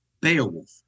Beowulf